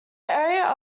area